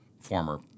former